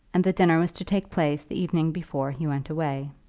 and the dinner was to take place the evening before he went away.